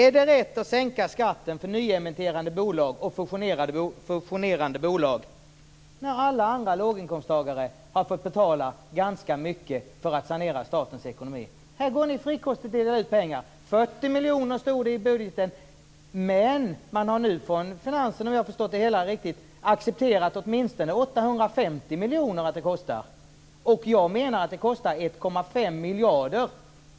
Är det rätt att sänka skatten för nyemitterande och fusionerande bolag när alla låginkomsttagare har fått betala ganska mycket för att sanera statens ekonomi? Här delas det frikostigt ut pengar. Det stod 40 miljoner kronor i budgeten, men nu har man accepterat att det kostar åtminstone 850 miljoner kronor, om jag förstått det hela rätt. Jag menar att det hela kostar 1,5 miljarder kronor.